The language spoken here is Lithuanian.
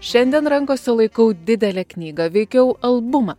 šiandien rankose laikau didelę knygą veikiau albumą